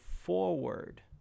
forward